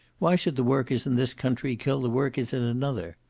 why should the workers in this country kill the workers in another?